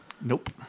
Nope